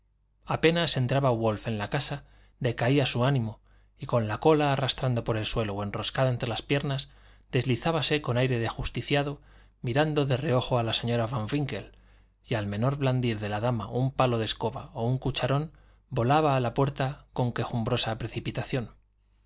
apenas entraba wolf en la casa decaía su ánimo y con la cola arrastrando por el suelo o enroscada entre las piernas deslizábase con aire de ajusticiado mirando de reojo a la señora van winkle y al menor blandir de la dama un palo de escoba o un cucharón volaba a la puerta con quejumbrosa precipitación